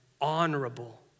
honorable